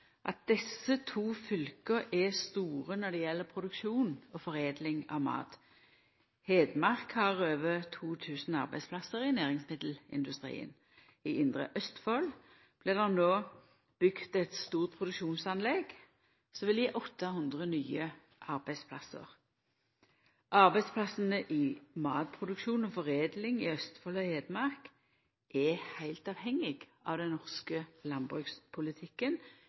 at desse to fylka er store når det gjeld produksjon og foredling av mat. Hedmark har over 2 000 arbeidsplassar i næringsmiddelindustrien. I indre Østfold blir det no bygt eit stort produksjonsanlegg som vil gje 800 nye arbeidsplassar. Arbeidsplassane i matproduksjon og -foredling i Østfold og Hedmark er heilt avhengige av den norske landbrukspolitikken,